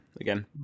again